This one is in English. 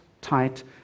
tight